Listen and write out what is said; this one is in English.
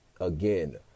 again